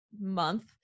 month